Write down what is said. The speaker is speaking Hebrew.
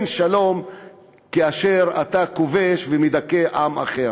אין שלום כאשר אתה כובש ומדכא עם אחר.